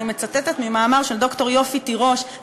אני מצטטת ממאמר של ד"ר יופי תירוש,